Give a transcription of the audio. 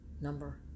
number